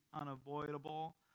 unavoidable